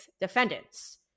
defendants